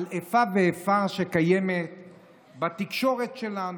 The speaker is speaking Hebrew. על איפה ואיפה שקיימת בתקשורת שלנו.